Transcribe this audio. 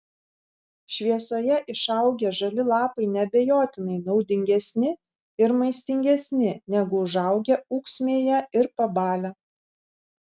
šviesoje išaugę žali lapai neabejotinai naudingesni ir maistingesni negu užaugę ūksmėje ir pabalę